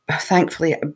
Thankfully